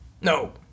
No